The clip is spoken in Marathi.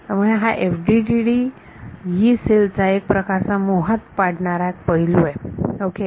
त्यामुळे हा FDTD यी सेल चा एक प्रकारचा मोहात पाडणारा पैलु आहे ओके